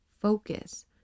focus